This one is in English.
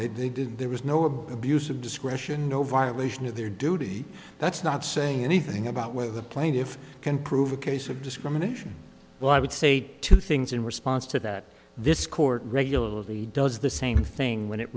and they did there was no abuse of discretion no violation of their duty that's not saying anything about whether the plaintiffs can prove a case of discrimination well i would say two things in response to that this court regularly does the same thing when it